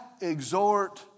exhort